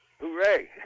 Hooray